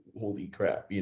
holy crap, yeah